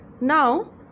Now